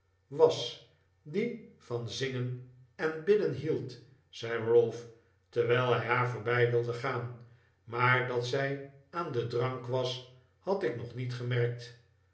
was die van zingen en bidden hield zei ralph terwijl hij haar voorbij wilde gaan maar dat zij aan den drank was had ik nog niet gemerkt